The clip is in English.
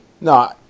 No